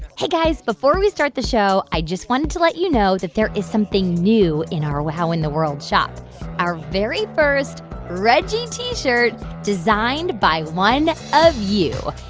hey, guys. before we start the show, i just wanted to let you know that there is something new in our wow in the world shop our very first reggie t-shirt designed by one of you.